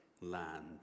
land